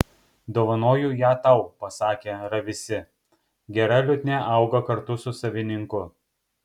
dovanoju ją tau pasakė ravisi gera liutnia auga kartu su savininku